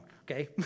okay